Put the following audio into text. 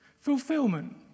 Fulfillment